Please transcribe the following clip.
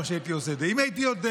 אם הייתי יודע